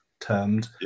termed